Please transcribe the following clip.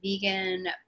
vegan